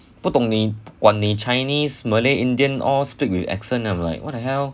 不懂你管你 chinese malay indian or speak with accent I'm like what the hell